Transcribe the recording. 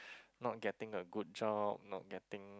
not getting a good job not getting